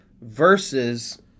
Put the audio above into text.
versus